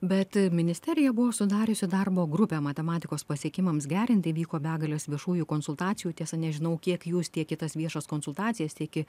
bet ministerija buvo sudariusi darbo grupę matematikos pasiekimams gerinti vyko begalės viešųjų konsultacijų tiesa nežinau kiek jūs tiek į tas viešas konsultacijas tiek į